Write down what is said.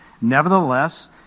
Nevertheless